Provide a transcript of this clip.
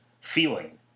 feeling